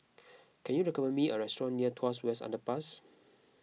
can you recommend me a restaurant near Tuas West Underpass